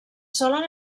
solen